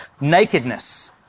Nakedness